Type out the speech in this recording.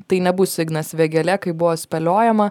tai nebus ignas vėgėlė kaip buvo spėliojama